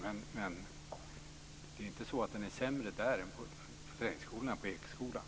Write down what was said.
Men kompetensen är inte sämre på träningsskolorna än på Ekeskolan.